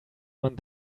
one